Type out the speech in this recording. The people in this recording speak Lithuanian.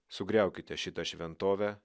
sugriaukite šitą šventovę